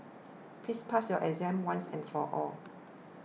please pass your exam once and for all